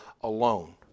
alone